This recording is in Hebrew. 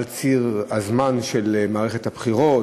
על ציר הזמן של מערכת הבחירות,